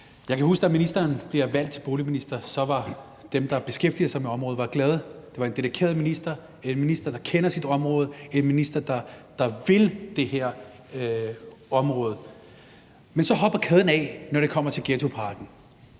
Jeg kan huske, da ministeren blev valgt som boligminister. Da var dem, der beskæftiger sig med området, glade. Det var en dedikeret minister; en minister, der kender sit område; en minister, der vil det her område. Men så hopper kæden af, når det kommer til ghettopakken.